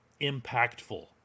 impactful